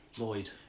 Lloyd